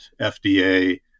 FDA